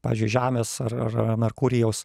pavyzdžiui žemės ar ar a merkurijaus